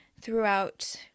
throughout